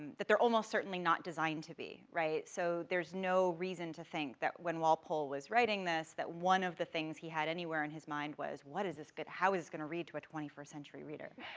that they're almost certainly not designed to be, right, so there's no reason to think that when walpole was writing this, that one of the things he had anywhere in his mind was, what is this, how is is going to read to a twenty first century reader,